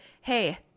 hey